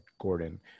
Gordon